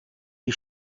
die